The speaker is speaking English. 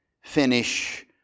finish